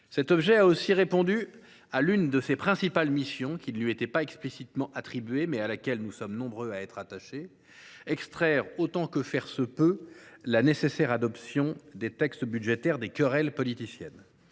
Cet objet a aussi répondu à l’une de ses principales missions, qui ne lui était pas explicitement attribuée, mais à laquelle nous sommes nombreux à être attachés : extraire, autant que faire se peut, la nécessaire adoption des textes budgétaires des querelles politiciennes.